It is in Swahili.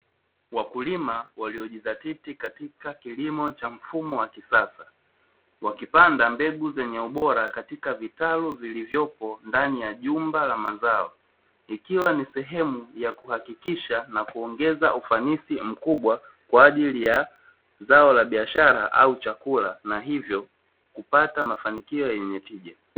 Wakulima walio jidhatiti katika kilimo cha mfumo wa kisasa, wakipanda mbegu zenye ubora katika vitalu vilivyopo ndani ya jumba la mazao, ikiwa ni sehemu ya kuhakikisha na kuongeza ufanisi mkubwa kwa ajili ya zao la biashara au chakula na hivyo kupata mafanikio yenye tija.